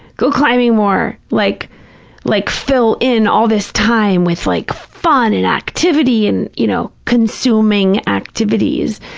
go climbing more, like like fill in all this time with like fun and activity and, you know, consuming activities.